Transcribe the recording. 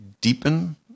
deepen